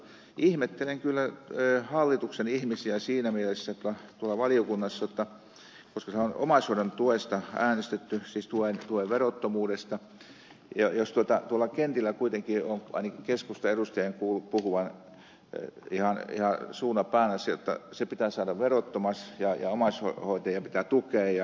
ihmettelen kyllä hallituksen ihmisiä siinä mielessä tuolla valiokunnassa koska siellä on omaisuuden tuesta äänestetty siis tuen verottomuudesta ja tuolla kentillä kuitenkin on ainakin keskustan edustajan kuultu puhuvan ihan suuna päänä siellä jotta se pitää saada verottomaksi ja omaishoitajia pitää tukea ja kaikella tavalla